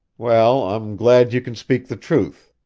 well, i'm glad you can speak the truth.